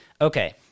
Okay